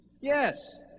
Yes